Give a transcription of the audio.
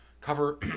cover